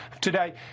today